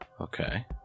okay